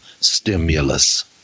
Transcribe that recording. stimulus